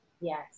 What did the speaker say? Yes